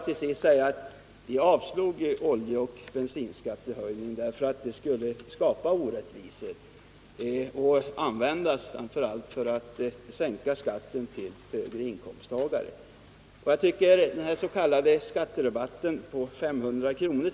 Vi motsatte oss oljeoch bensinskattehöjningen därför att den skulle skapa orättvisor och användas framför allt för att sänka skatten för höginkomsttagare. Jag tycker att den s.k. skatterabatten — förslaget om 500 kr.